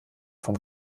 vom